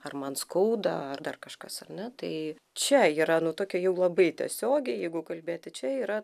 ar man skauda ar dar kažkas ar ne tai čia yra nu tokia jau labai tiesiogiai jeigu kalbėti čia yra